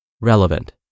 Relevant